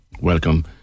Welcome